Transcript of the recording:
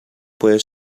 puede